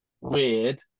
weird